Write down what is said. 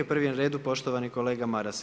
Prvi je na redu poštovani kolega Maras.